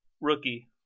rookie